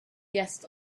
guests